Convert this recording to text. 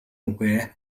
үгүй